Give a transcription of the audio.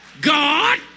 God